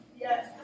Yes